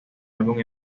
álbum